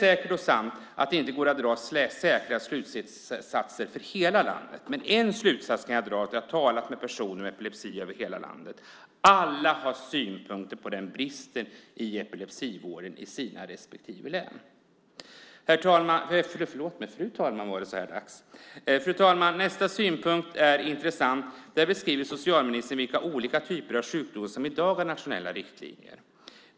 Det är sant att det inte går att dra säkra slutsatser för hela landet men en slutsats kan jag dra efter att ha talat med personer med epilepsi över hela landet. Alla har synpunkter på bristen i epilepsivården i sina respektive län. Fru talman! Nästa synpunkt är intressant. Där beskriver socialministern vilka olika typer av sjukdomar som i dag har nationella riktlinjer.